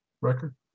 record